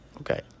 Okay